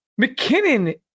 McKinnon